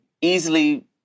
easily